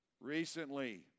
Recently